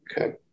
Okay